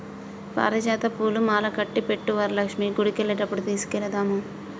పారిజాత పూలు మాలకట్టి పెట్టు వరలక్ష్మి గుడికెళ్లేటప్పుడు తీసుకెళదాము